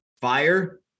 fire